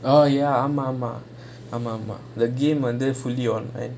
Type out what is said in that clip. oh ya ya ஆமா ஆமா ஆமா ஆமா:aamaa aamaa aamaa aamaa the game under fully online